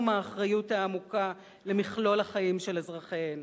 מהאחריות העמוקה למכלול החיים של אזרחיהן.